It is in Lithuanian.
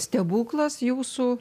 stebuklas jūsų